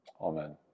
Amen